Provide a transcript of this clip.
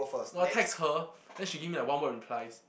no I text her then she give me like one word replies